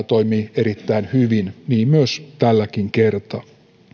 toimii erittäin hyvin niin myös tälläkin kertaa